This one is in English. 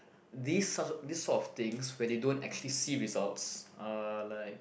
this such this sort of things when they don't actually see results are like